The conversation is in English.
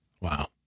Wow